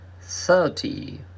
Thirty